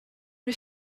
est